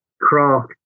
craft